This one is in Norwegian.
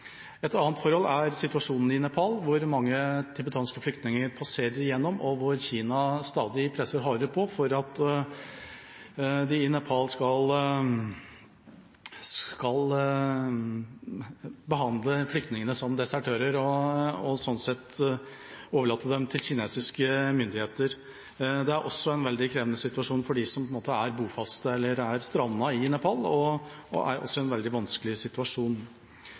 Et annet forhold er situasjonen i Nepal, hvor mange tibetanske flyktninger passerer gjennom, og hvor Kina presser stadig hardere på for at Nepal skal behandle flyktningene som desertører og sånn sett overlate dem til kinesiske myndigheter. Det er også en veldig krevende situasjon for dem som er bofast eller er strandet i Nepal. Akademia i Norge er også